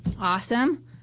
Awesome